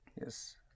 yes